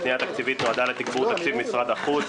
הפנייה התקציבית נועדה לתגבור תקציב משרד החוץ,